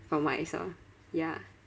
for myself ya